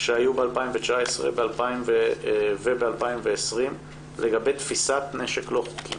שהיו ב-2019 וב-2020 לגבי תפיסת נשק לא חוקי.